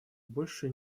больше